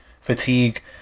fatigue